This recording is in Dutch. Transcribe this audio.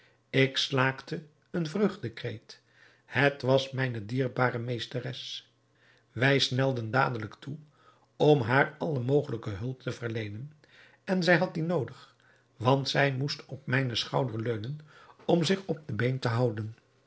ik slaakte een vreugdekreet het was mijne dierbare meesteres wij snelden dadelijk toe om haar alle mogelijke hulp te verleenen en zij had die noodig want zij moest op mijnen schouder leunen om zich op de been te houden